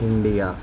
India